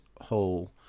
whole